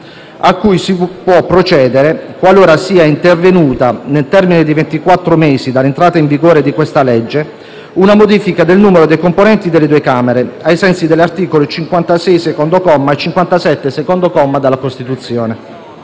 a cui si può procedere qualora sia intervenuta, nel termine di ventiquattro mesi dall'entrata in vigore di questa legge, una modifica del numero dei componenti delle due Camere, ai sensi degli articoli 56, secondo comma, e